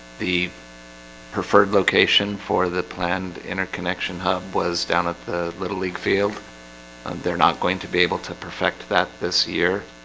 the preferred location for the planned interconnection hub was down at the little league field they're not going to be able to perfect that this year